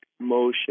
motion